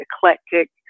eclectic